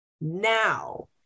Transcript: now